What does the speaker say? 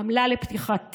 עמלה לפתיחת תיק,